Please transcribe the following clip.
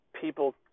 people